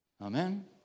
Amen